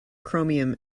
chromium